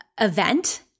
event